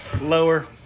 Lower